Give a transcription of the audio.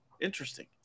Interesting